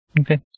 Okay